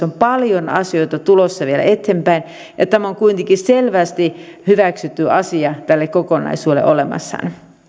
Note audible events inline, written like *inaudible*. *unintelligible* on paljon asioita tulossa vielä eteenpäin että on kuitenkin selvästi hyväksytty asia tälle kokonaisuudelle olemassa